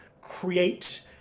create